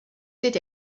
did